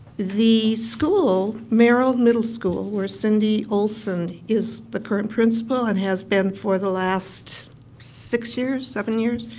the school, merrill middle school, where cindy olson is the current principal and has been for the last six years, seven years.